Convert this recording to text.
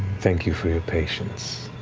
thank you for your patience.